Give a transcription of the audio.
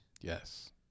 Yes